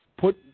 put